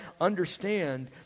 Understand